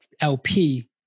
LP